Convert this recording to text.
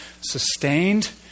sustained